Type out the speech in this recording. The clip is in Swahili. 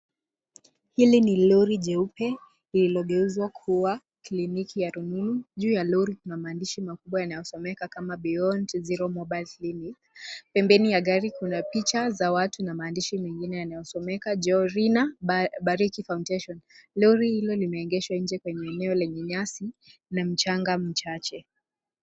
Hili ni lori jeupe lililogeuzwa kuwa kliniki ya rununu. Juu ya lori kuna maandishi makubwa yanayosomeka kama Beyond Zero Mobile Clinic. Pembeni ya gari kuna picha za watu na maandishi mengine yanayosomeka Jeorina Bariki Foundation. Lori hilo limeegeshwa nje kwenye eneo lenye nyasi na mchanga mchache.